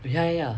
ya ya ya